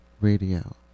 radio